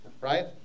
right